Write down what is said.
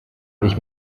ich